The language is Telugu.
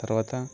తరువాత